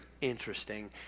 interesting